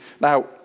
Now